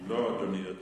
לא, אדוני.